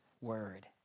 word